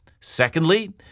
Secondly